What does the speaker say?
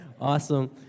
Awesome